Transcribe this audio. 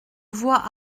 voix